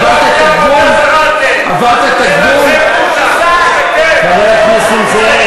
עברת את הגבול, עברתם את הגבול.